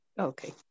okay